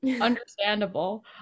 Understandable